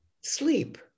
Sleep